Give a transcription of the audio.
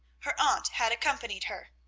her aunt had accompanied her.